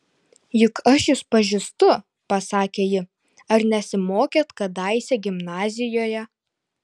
juk aš jus pažįstu pasakė ji ar nesimokėt kadaise gimnazijoje